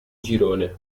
girone